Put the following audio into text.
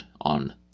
on